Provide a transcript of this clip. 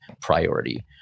priority